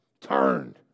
turned